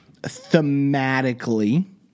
thematically